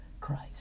Christ